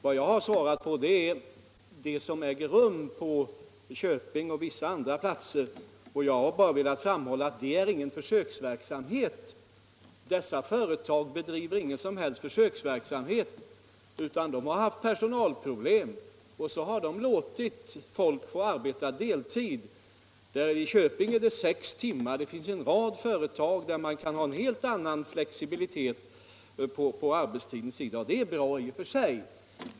Vad jag har lämnat besked om är det som äger rum i Köping och på andra platser. Jag har bara velat framhålla att dessa företag driver ingen som helst försöksverksamhet, utan de har haft personalproblem och därför har de låtit folk få arbeta på deltid. I Köping är det sex timmar om dagen. Det finns en rad företag där man kan ha en helt annan flexibilitet i arbetstiden, och det är bra i och för sig.